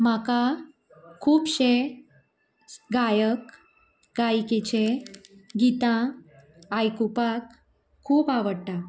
म्हाका खुबशे गायक गायिकेचे गितां आयकूपाक खूब आवडटात